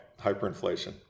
Hyperinflation